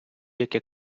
яке